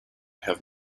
have